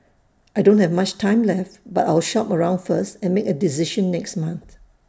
I don't have much time left but I'll shop around first and make A decision next month